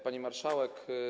Pani Marszałek!